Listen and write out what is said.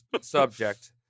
subject